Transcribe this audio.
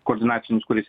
koordinacinius kuris